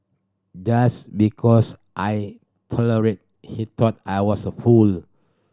just because I tolerated he thought I was a fool